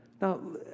Now